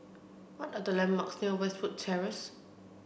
what are the landmarks near Westwood Terrace